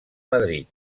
madrid